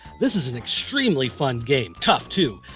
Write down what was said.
this is an extremely fun game. tough too!